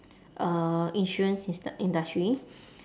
uh insurance indus~ industry